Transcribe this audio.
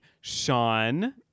Sean